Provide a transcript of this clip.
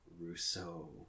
Rousseau